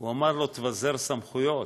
הוא אמר לו: תבזר סמכויות,